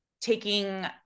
taking